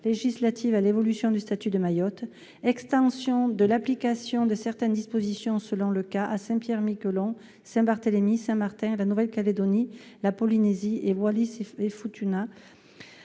législative, ainsi qu'à l'évolution du statut de Mayotte ; extension de l'application de certaines dispositions, selon le cas, à Saint-Pierre-et-Miquelon, Saint-Barthélemy, Saint-Martin, la Nouvelle-Calédonie, la Polynésie et Wallis-et-Futuna.